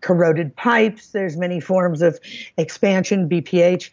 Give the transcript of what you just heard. corroded pipes. there's many forms of expansion bph,